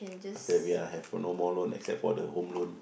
then we are have no more loan except for the home loan